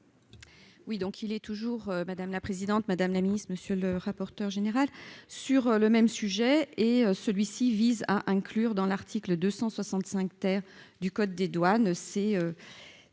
Oui, donc il est toujours madame la présidente, madame la ministre, monsieur le rapporteur général sur le même sujet, et celui-ci vise à inclure dans l'article 265 terre du code des douanes c'est